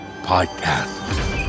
Podcast